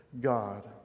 God